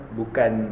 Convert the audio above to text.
bukan